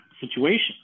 situation